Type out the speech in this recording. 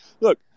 look